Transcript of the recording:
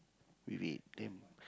with it then